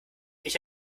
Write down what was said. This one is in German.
ich